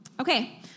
Okay